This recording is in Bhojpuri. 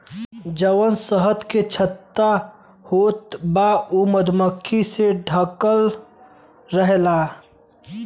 जवन शहद के छत्ता होत बा उ मधुमक्खी से ढकल रहेला